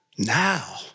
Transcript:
Now